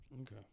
Okay